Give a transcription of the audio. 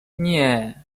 nie